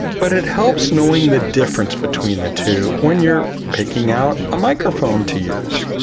but it helps knowing the difference between the two when you're picking out a microphone to use.